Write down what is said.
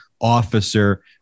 officer